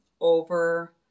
over